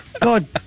God